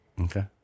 Okay